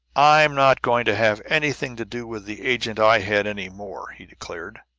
i'm not going to have anything to do with the agent i had, any more! he declared.